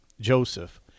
Joseph